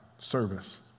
Service